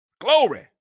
Glory